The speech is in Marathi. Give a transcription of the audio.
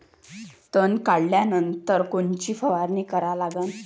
तन काढल्यानंतर कोनची फवारणी करा लागन?